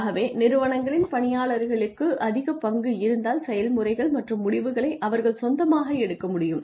ஆகவே நிறுவனங்களின் பணியாளர்களுக்கு அதிக பங்கு இருந்தால் செயல்முறைகள் மற்றும் முடிவுகளை அவர்கள் சொந்தமாக எடுக்கமுடியும்